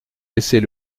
laisser